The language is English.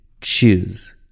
choose